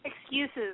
Excuses